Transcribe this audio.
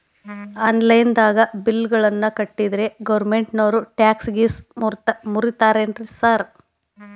Online ದಾಗ bill ಗಳನ್ನಾ ಕಟ್ಟದ್ರೆ ಗೋರ್ಮೆಂಟಿನೋರ್ ಟ್ಯಾಕ್ಸ್ ಗೇಸ್ ಮುರೇತಾರೆನ್ರಿ ಸಾರ್?